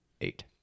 eight